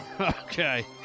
okay